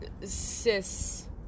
cis